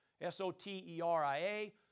S-O-T-E-R-I-A